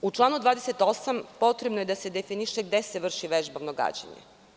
U članu 28. potrebno je da se definiše gde se vrši vežba gađanja.